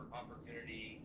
opportunity